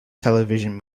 television